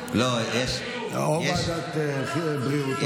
או ועדת בריאות או ועדת,